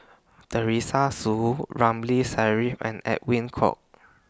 Teresa Hsu Ramli Sarip and Edwin Koek